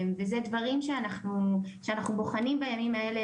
שמי טטיאנה מזרסקי,